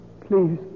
Please